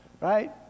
right